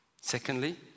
Secondly